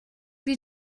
you